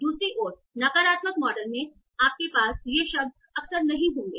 दूसरी ओर नकारात्मक मॉडल मे आपके पास ये शब्द अक्सर नहीं होंगे